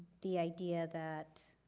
the idea that